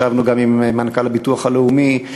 ישבנו גם עם מנכ"ל הביטוח הלאומי.